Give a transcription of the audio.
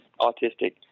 autistic